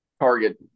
target